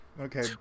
Okay